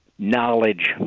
knowledge